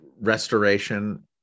restoration